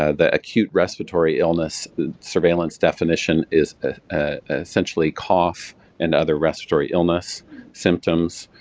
ah the acute respiratory illness surveillance definition is essentially cough and other respiratory illness symptoms,